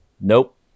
Nope